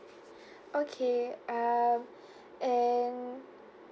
okay um and